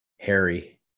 Harry